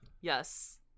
Yes